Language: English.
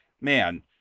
man